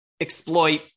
Exploit